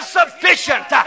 sufficient